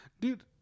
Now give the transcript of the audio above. dude